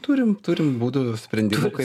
turim turim būdų sprendimų kaip